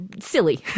silly